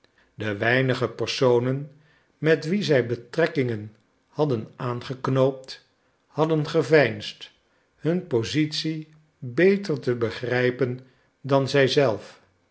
de weinige personen met wie zij betrekkingen hadden aangeknoopt hadden geveinsd hun positie beter te begrijpen dan zij zelf